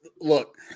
look